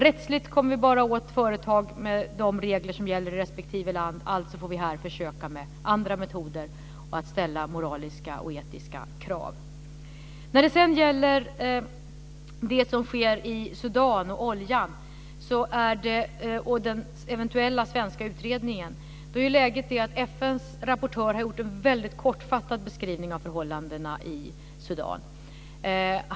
Rättsligt kommer vi bara åt företag med de regler som gäller i respektive land, alltså får vi här försöka med andra metoder och ställa moraliska och etiska krav. När det sedan gäller det som sker i Sudan, oljan och den eventuella svenska utredningen är läget det att FN:s rapportör har gjort en väldigt kortfattad beskrivning av förhållandena i Sudan.